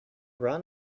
run